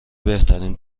بهترین